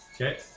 Okay